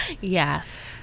Yes